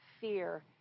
fear